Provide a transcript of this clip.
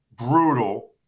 brutal